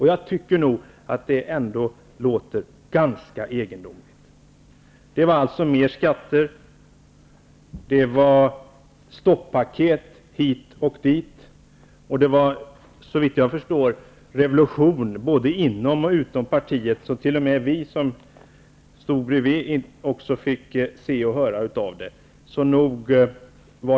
Jag tycker nog att det låter ganska egendomligt. Då var det alltså mer skatter och stoppaket hit och dit. Det var, såvitt jag förstår, revolution både inom och utom partiet, så att t.o.m. vi som stod bredvid också fick se och höra av det.